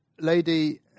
lady